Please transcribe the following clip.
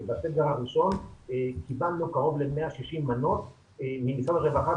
שבסגר הראשון קיבלנו קרוב ל-160 מנות ממשרד הרווחה,